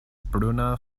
bruna